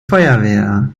feuerwehr